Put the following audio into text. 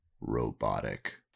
robotic